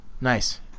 nice